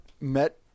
met